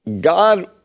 God